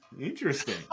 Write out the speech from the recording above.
interesting